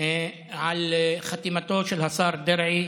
על חתימתו של השר דרעי